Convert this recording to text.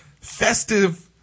festive